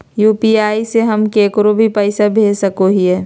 UPI से हम केकरो भी पैसा भेज सको हियै?